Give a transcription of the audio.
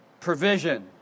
Provision